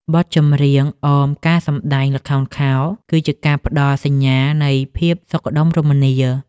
បទចម្រៀងអមការសម្ដែងល្ខោនខោល គឺជាការផ្ដល់សញ្ញានៃភាពសុខដុមរមនា។